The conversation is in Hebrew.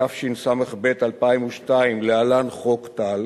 התשס"ב 2002, להלן: חוק טל,